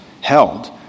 held